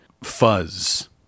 fuzz